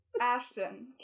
Ashton